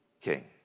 king